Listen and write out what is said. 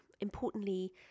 Importantly